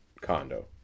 condo